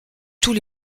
tous